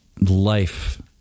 life